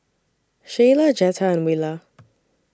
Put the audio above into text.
Shayla Jetta and Willa